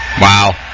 Wow